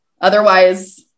otherwise